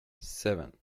seven